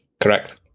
Correct